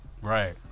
Right